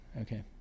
okay